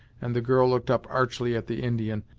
and the girl looked up archly at the indian,